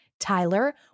Tyler